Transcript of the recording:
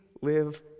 live